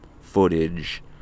footage